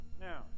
Now